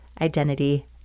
identity